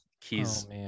Keys